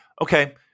okay